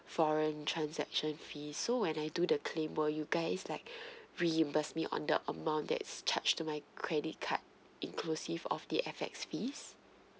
foreign transaction fee so when I do the claim will you guys like reimburse me on the amount that's charged to my credit card inclusive of the F_X fees